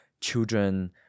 Children